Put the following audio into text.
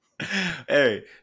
Hey